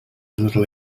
little